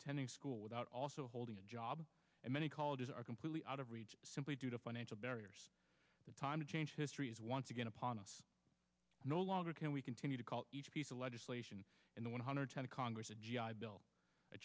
attending school without also holding a job and many colleges are completely out of reach simply due to financial barriers the time to change history is once again upon us no longer can we continue to call each piece of legislation in the one hundred tenth congress a g i bill a